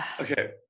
Okay